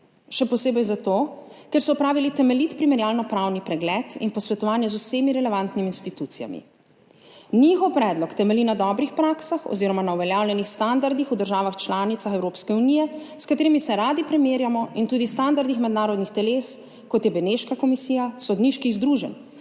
Še posebej zato, ker so opravili temeljit primerjalnopravni pregled in posvetovanje z vsemi relevantnimi institucijami. Njihov predlog temelji na dobrih praksah oziroma na uveljavljenih standardih v državah članicah Evropske unije, s katerimi se radi primerjamo, in tudi standardih mednarodnih teles, kot je Beneška komisija, sodniških združenj,